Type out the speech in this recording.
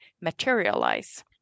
materialize